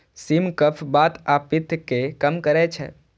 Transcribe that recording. सिम कफ, बात आ पित्त कें कम करै छै